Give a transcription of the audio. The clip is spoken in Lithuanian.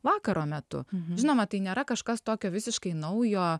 vakaro metu žinoma tai nėra kažkas tokio visiškai naujo